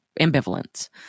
ambivalence